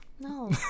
no